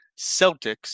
Celtics